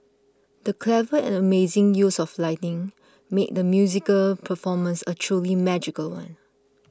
the clever and amazing use of lighting made the musical performance a truly magical one